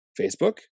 facebook